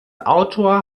autor